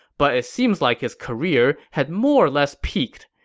but it seems like his career had more or less peaked.